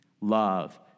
love